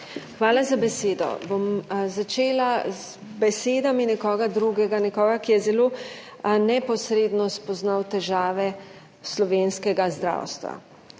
Hvala za besedo. Začela bom z besedami nekoga drugega, nekoga, ki je zelo neposredno spoznal težave slovenskega zdravstva.